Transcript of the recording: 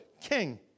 king